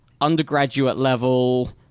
undergraduate-level